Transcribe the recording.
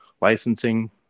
licensing